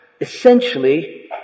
essentially